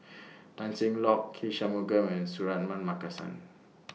Tan Cheng Lock K Shanmugam and Suratman Markasan